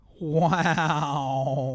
Wow